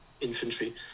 infantry